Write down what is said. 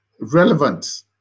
relevant